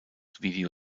video